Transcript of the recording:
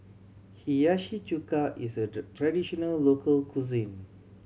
Hiyashi Chuka is a traditional local cuisine